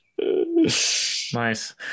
Nice